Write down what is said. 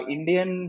Indian